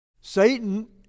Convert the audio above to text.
Satan